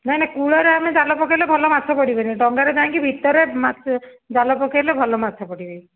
ନାଇ ନାଇ କୂଳରେ ଆମେ ଜାଲ ପକେଇଲେ ଭଲ ମାଛ ପଡ଼ିବେନି ଡଙ୍ଗାରେ ଯାଇକି ଭିତରେ ଜାଲ ପକେଇଲେ ଭଲ ମାଛ ପଡ଼ିବେ